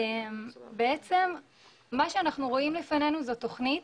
בעצם מה שאנחנו רואים לפנינו זו תכנית